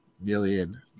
million